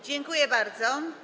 Dziękuję bardzo.